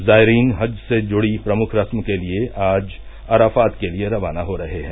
जायरीन हज से जुड़ी प्रमुख रस्म के लिए आज अराफात के लिए रवाना हो रहे हैं